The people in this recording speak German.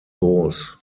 groß